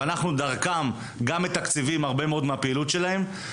ואנחנו דרכם גם מתקצבים הרבה מאוד מהפעילות שלהם.